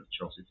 Chelsea